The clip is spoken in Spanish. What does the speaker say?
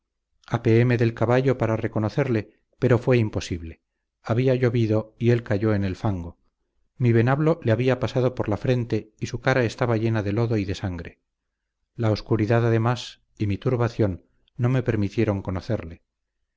del caballo para reconocerle pero fue imposible había llovido y él cayó en el fango mi venablo le había pasado por la frente y su cara estaba llena de lodo y de sangre la oscuridad además y mi turbación no me permitieron conocerle